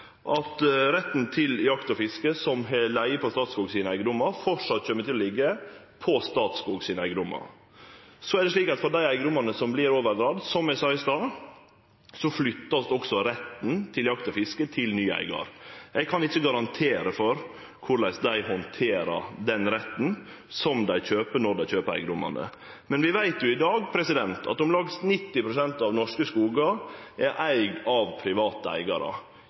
at retten til jakt og fiske som har lege på Statskog sine eigedomar, framleis kjem til å liggje på Statskog sine eigedomar. Så er det slik at for dei eigedomane som vert overdregne, vert også – som eg sa i stad – retten til jakt og fiske flytta til ny eigar. Eg kan ikkje garantere for korleis dei handterer den retten, som dei kjøper når dei får eigedomane, men vi veit jo at om lag 90 pst. av norske skogar i dag er eigde av private eigarar.